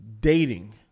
dating